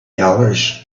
dollars